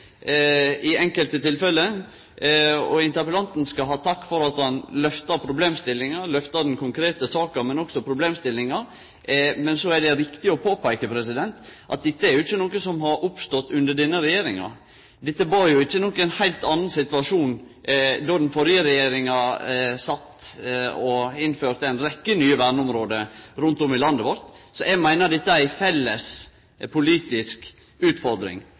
i enkelte tilfelle. Interpellanten skal ha takk for at han lyfter den konkrete saka, men også problemstillinga. Så er det riktig å påpeike at dette ikkje er noko som har oppstått under denne regjeringa. Det var ikkje ein heilt annan situasjon då den førre regjeringa sat og innførte ei rekkje nye verneområde rundt om i landet vårt. Så eg meiner dette er ei felles politisk utfordring.